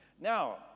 Now